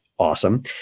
Awesome